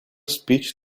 speech